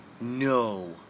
No